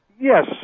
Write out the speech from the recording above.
Yes